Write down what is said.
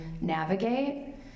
navigate